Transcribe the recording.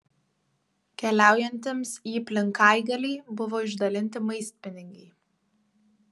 keliaujantiems į plinkaigalį buvo išdalinti maistpinigiai